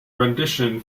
rendition